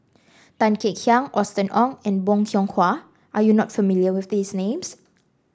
Tan Kek Hiang Austen Ong and Bong Hiong Hwa are you not familiar with these names